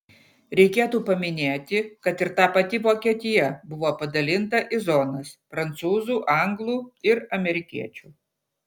reikėtų paminėti kad ir ta pati vokietija buvo padalinta į zonas prancūzų anglų ir amerikiečių